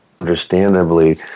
understandably